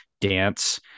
dance